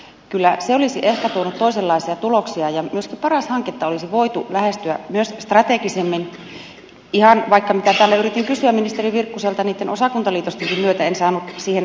kyllä se olisi ehkä tuonut toisenlaisia tuloksia ja myöskin paras hanketta olisi voitu lähestyä myös strategisemmin ihan vaikka mitä täällä yritin kysyä ministeri virkkuselta niitten osakuntaliitostenkin myötä mutta en saanut siihen vastausta